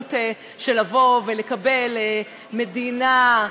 המשמעות של לבוא ולקבל מדינה,